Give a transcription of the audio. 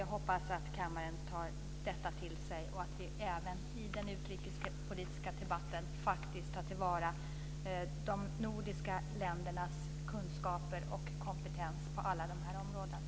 Jag hoppas att kammaren tar detta till sig och att vi även i den utrikespolitiska debatten tar till vara de nordiska ländernas kunskaper och kompetens på alla de här områdena.